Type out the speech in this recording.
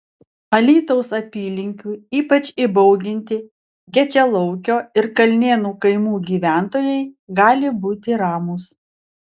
alytaus apylinkių ypač įbauginti gečialaukio ir kalnėnų kaimų gyventojai gali būti ramūs